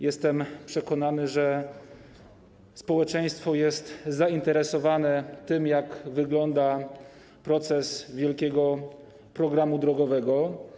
Jestem przekonany, że społeczeństwo jest zainteresowane tym, jak wygląda proces realizacji wielkiego programu drogowego.